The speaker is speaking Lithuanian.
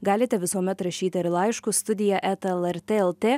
galite visuomet rašyti ir laiškus studija eta lrt lt